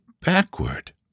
backward